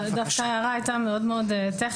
דווקא ההערה הייתה מאוד טכנית.